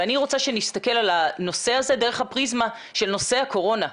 ואני רוצה שנסתכל על הנושא הזה דרך הפריזמה של נושא הקורונה.